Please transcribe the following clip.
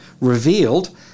revealed